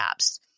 apps